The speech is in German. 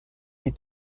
die